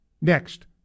next